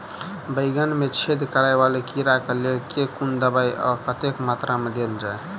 बैंगन मे छेद कराए वला कीड़ा केँ लेल केँ कुन दवाई आ कतेक मात्रा मे देल जाए?